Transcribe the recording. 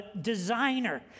designer